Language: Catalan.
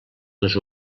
les